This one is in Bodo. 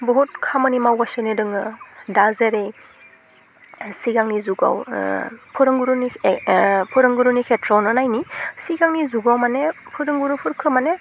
बुहुत खामानि मावगासिनो दोङो दा जेरै सिगांनि जुगाव फोरोंगुरुनि ए फोरोंगुरुनि खेथ्रआवनो नायनि सिगांनि जुगाव माने फोरोंगुरुफोरखौ माने